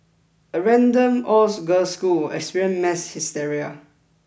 a random all girls school experience mass hysteria